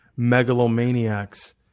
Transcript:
megalomaniacs